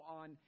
on